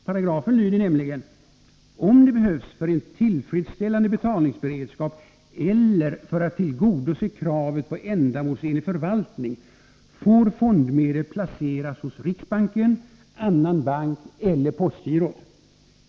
Paragrafen lyder nämligen: ”Om det behövs för en tillfredsställande betalningsberedskap eller för att tillgodose kravet på ändamålsenlig förvaltning får fondmedel placeras hos riksbanken, annan bank eller postgirot.